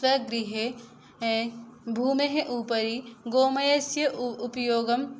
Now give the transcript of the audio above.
स्वगृहे भूमेः उपरि गोमयस्य उ उपयोगं